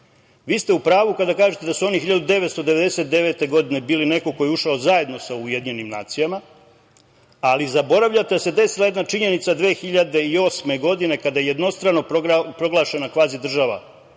Vi ste u pravu kada kažete da su oni 1999. godine, bili neko ko je ušao zajedno sa UN, ali zaboravljate da se desila jedna činjenica 2008. godine, kada je jednostrano proglašena kvazi država